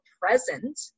present